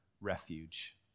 refuge